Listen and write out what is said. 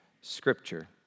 Scripture